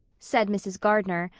said mrs. gardner,